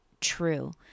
true